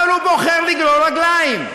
אבל הוא בוחר לגרור רגליים.